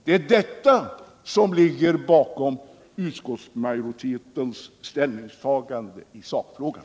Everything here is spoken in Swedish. Det är detta som ligger bakom utskottsmajoritetens ställningstagande i sakfrågan.